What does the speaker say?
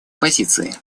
позиции